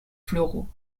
floraux